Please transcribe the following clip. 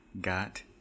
got